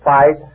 Fight